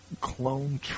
clone